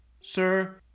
Sir